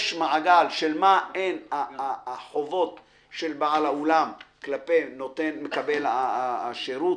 יש מעגל של החובות של בעל האולם כלפי מקבל השירות,